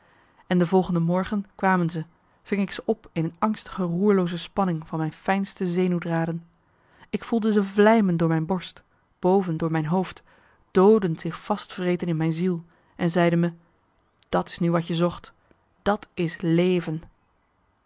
en de volgende morgen kwamen ze ving ik ze op in een angstige roerlooze spanning van mijn fijnste zenuwdraden ik voelde ze vlijmen door mijn borst boven door mijn hoofd doodend zich vastvreten in mijn ziel en zeide me dat is nu wat je zocht dat is leven